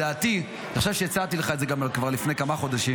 אני חושב שהצעתי לך את זה כבר לפני כמה חודשים.